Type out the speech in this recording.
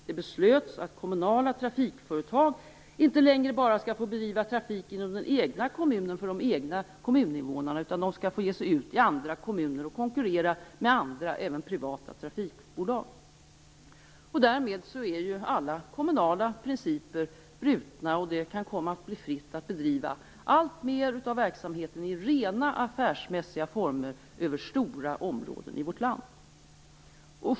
Det beslutades att kommunala trafikföretag inte längre bara skall få bedriva trafik inom den egna kommunen och för de egna kommuninvånarna, utan de skall få ge sig ut i andra kommuner och konkurrera med andra, även privata, trafikbolag. Därmed är ju alla kommunala principer brutna, och det kan komma att bli fritt att bedriva alltmer av verksamheten i rent affärsmässiga former över stora områden i vårt land.